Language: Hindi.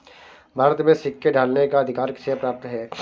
भारत में सिक्के ढालने का अधिकार किसे प्राप्त है?